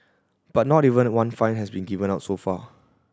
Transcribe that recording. but not even one fine has been given out so far